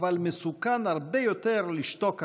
אבל מסוכן הרבה יותר לשתוק עליה.